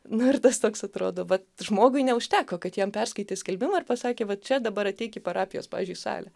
nu ir tas toks atrodo vat žmogui neužteko kad jam perskaitė skelbimą ir pasakė va čia dabar ateik į parapijos pavyzdžiui salę